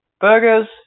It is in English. burgers